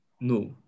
no